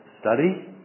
study